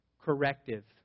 corrective